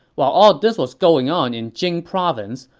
while all this was going on in jing province,